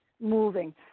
moving